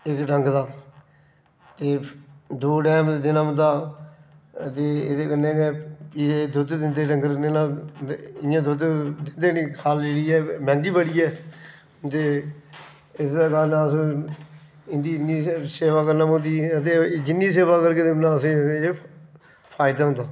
इक डंग दा ते दो टैम देना पौंदा अते एह्दे कन्नै गै एह् दुद्ध दिंंदे डंगर नेईं तां इ'यां दुद्ध दिंदे नेईं खल जेह्ड़े ऐ मैंह्गी बड़ी ऐ ते इसदे कारण अस इं'दी इन्नी सेवा करना पौंदी ऐ ते जिन्नी सेवा करगे ते उन्ना गै तुसें गी एह्दे च फायद होंदा